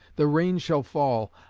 the rain shall fall,